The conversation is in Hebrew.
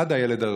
עד הילד הרביעי.